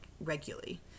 regularly